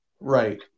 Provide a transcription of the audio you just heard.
Right